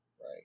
right